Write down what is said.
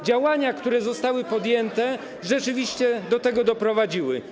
Działania, które zostały podjęte, rzeczywiście do tego doprowadziły.